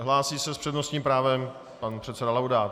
Hlásí se s přednostním právem pan předseda Laudát.